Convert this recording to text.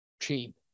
cheap